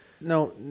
no